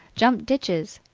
jumped ditches,